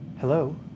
Hello